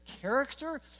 character